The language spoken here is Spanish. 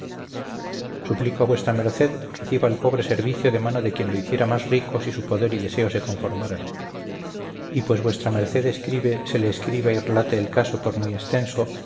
suplico a vuestra m reciba el pobre servicio de mano de quien lo hiciera más rico si su poder y deseo se conformaran y pues v m escribe se le escriba y relate el caso por muy extenso